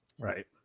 Right